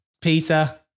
Peter